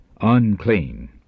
unclean